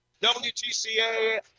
WTCA